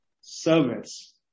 service